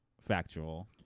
factual